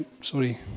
sorry